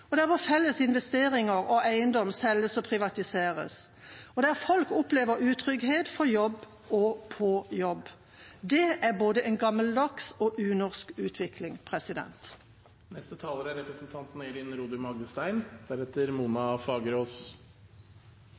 felles investeringer og eiendom selges og privatiseres, og der folk opplever utrygghet for jobb og på jobb. Det er både en gammeldags og en unorsk utvikling.